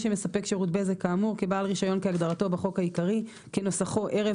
שמספק שירות בזק כאמור כבעל רישיון כהגדרתו בחוק העיקרי כנוסחו ערב